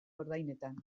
ordainetan